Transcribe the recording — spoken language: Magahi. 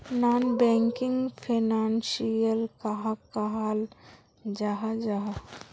नॉन बैंकिंग फैनांशियल कहाक कहाल जाहा जाहा?